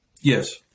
Yes